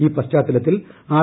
ഈ പശ്ചാത്തലത്തിൽ ആർ